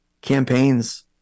campaigns